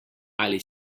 ali